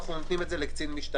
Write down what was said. אנחנו נותנים את זה לקצין משטרה,